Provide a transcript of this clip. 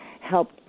help